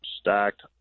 stacked